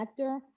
connector